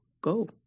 go